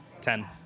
Ten